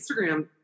Instagram